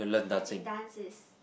I think dance is